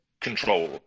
control